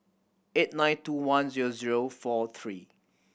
eight nine two one zero zero four three